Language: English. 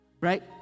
right